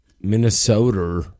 Minnesota